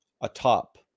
Atop